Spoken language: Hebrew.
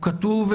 הוא כתוב,